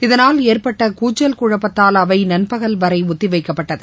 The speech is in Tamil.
இதனால் ஏற்பட்ட கூச்சல் குழப்பத்தால் அவை நண்பகல் வரை ஒத்தி வைக்கப்பட்டது